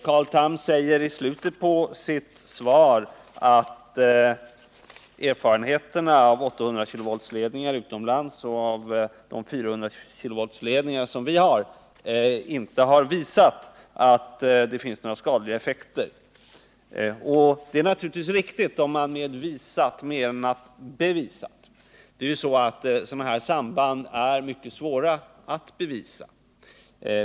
Carl Tham säger i slutet av svaret att erfarenheterna från användningen av 800-kV-ledningar utomlands och av de 400-kV-ledningar som vi har i Sverige inte har visat att det finns några skadliga effekter. Det är naturligtvis riktigt, om man med visat menar bevisat. Sådana samband är nämligen mycket svåra att bevisa.